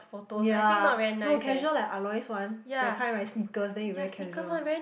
ya no casual like Aloy's one that kind like sneakers then you wear casual